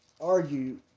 argue